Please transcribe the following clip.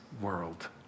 world